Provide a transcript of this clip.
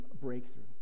breakthrough